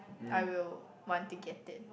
I will want to get it